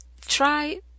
try